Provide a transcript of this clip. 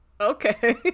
Okay